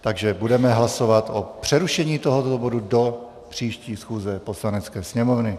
Takže budeme hlasovat o přerušení tohoto bodu do příští schůze Poslanecké sněmovny.